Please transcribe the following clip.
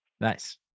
Nice